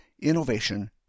innovation